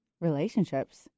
relationships